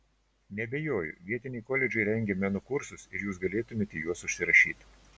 neabejoju vietiniai koledžai rengia meno kursus ir jūs galėtumėte į juos užsirašyti